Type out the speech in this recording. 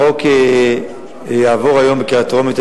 החוק מוגש היום לקריאה טרומית.